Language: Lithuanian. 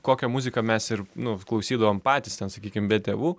kokią muziką mes ir nu klausydavom patys ten sakykim be tėvų